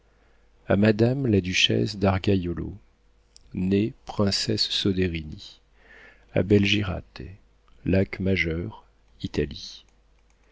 a madame la duchesse d'argaiolo née princesse soderini a belgirate lac majeur italie